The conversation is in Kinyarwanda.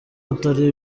atari